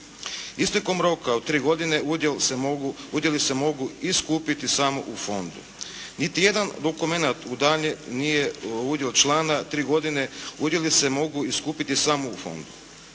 Istekom roka od tri godine udjeli se mogu iskupiti samo u fondu. Nijedan dokument u daljnjem nije udjelu člana tri godine, udjeli se mogu iskupiti samo u fondu.